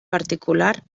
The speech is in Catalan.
particular